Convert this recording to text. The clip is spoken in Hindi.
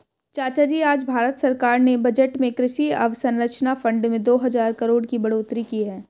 चाचाजी आज भारत सरकार ने बजट में कृषि अवसंरचना फंड में दो हजार करोड़ की बढ़ोतरी की है